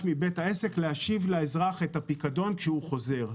מבית העסק להשיב לאזרח את הפיקדון כשהוא חוזר.